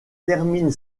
termine